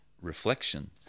reflection